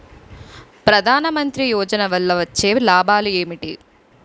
ప్రధాన మంత్రి యోజన వల్ల వచ్చే లాభాలు ఎంటి?